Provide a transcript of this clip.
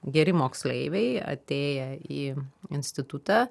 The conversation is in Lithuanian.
geri moksleiviai atėję į institutą